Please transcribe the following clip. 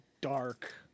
dark